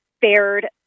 fared